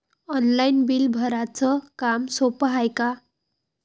Online bill भराच काम सोपं हाय का?